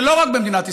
ולא רק במדינת ישראל,